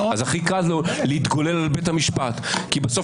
הכי קל לו להתגולל על בית המשפט כי בסוף